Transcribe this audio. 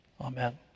Amen